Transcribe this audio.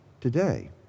today